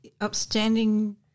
upstanding